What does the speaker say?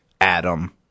Adam